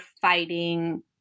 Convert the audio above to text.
fighting